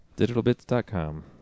DigitalBits.com